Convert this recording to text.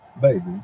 Baby